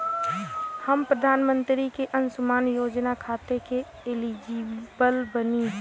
हम प्रधानमंत्री के अंशुमान योजना खाते हैं एलिजिबल बनी?